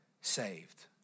saved